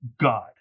God